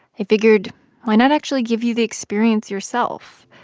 i figured why not actually give you the experience yourself?